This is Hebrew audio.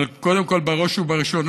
אבל קודם כול, בראש ובראשונה,